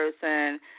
person